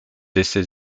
essais